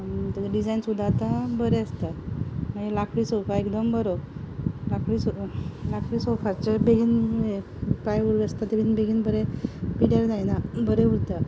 ताजे डिजायन सुद्दां आतां बरे आसता मागीर लाकडी सोफा एकदम बरो लांकडी सोफा लांकडी सोफाचें बेगीन पांय बी आसता ते बरें पिड्यार जायना बरें उरता